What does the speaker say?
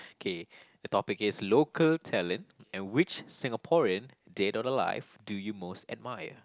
K the topic is local talent and which Singaporean dead or alive do you most admire